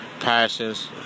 passions